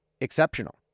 exceptional